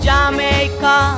Jamaica